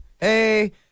hey